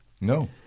No